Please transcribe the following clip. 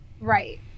Right